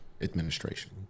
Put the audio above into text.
administration